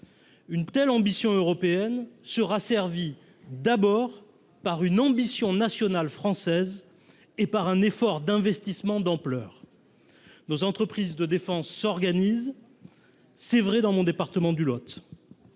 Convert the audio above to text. Une telle ambition européenne sera servie d’abord par une ambition nationale française et par un effort d’investissement d’ampleur. Nos entreprises de défense s’organisent ; c’est vrai, notamment, dans le département dont